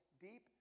deep